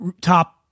top